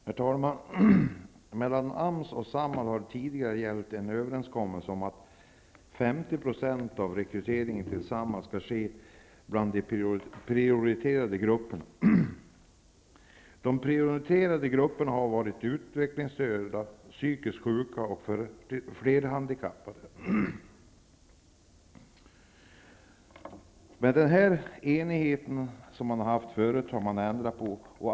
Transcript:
Herr talman! Mellan AMS och Samhall har tidigare gällt en överenskommelse om att de tillsammans skulle ha en rekrytering av 50 % bland de prioriterade grupperna, dvs. utvecklingsstörda, psykiskt sjuka och flerhandikappade. Denna överenskommelse har man nu ändrat på.